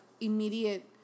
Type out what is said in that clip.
immediate